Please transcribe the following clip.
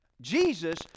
Jesus